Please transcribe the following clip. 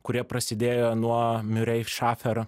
kurie prasidėjo nuo miurei šaferio